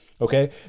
okay